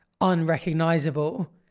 unrecognizable